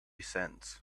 cents